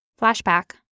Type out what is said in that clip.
Flashback